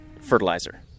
fertilizer